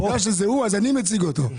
בגלל שזה הוא אז אני מציג אותו.